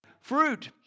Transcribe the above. fruit